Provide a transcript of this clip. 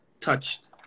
touched